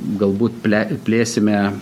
galbūt ple plėsime